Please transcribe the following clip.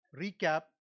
recap